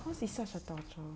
cause it's such a torture